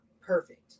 perfect